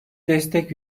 destek